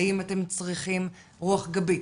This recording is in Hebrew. האם אתם צריכים רוח גבית?